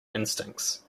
instincts